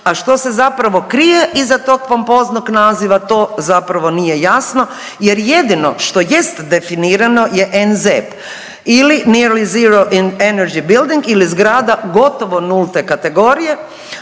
A što se zapravo krije iza tog pompoznog naziva to zapravo nije jasno, jer jedino što jest definirano je n-zeb ili nearly zero energy buildings ili zgrada gotovo nulte kategorije,